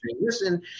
listen